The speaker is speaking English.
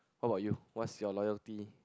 how about you what's your loyalty